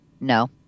No